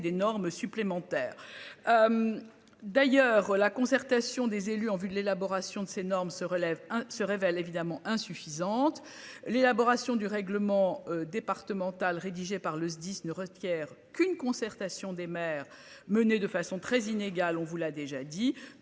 D'ailleurs la concertation des élus en vue de l'élaboration de ces normes se relève hein se révèle évidemment insuffisante l'élaboration du règlement départemental rédigé par le SDIS ne requiert qu'une concertation des maires menée de façon très inégale. On vous l'a déjà dit.